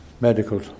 medical